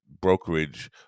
Brokerage